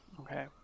Okay